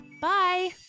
Bye